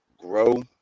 grow